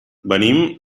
venim